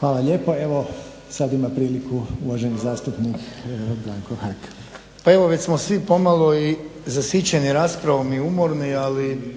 Hvala lijepo. Evo sad ima priliku uvaženi zastupnik Branko Hrg. **Hrg, Branko (HSS)** Pa evo već smo svi pomalo i zasićeni raspravom i umorni, ali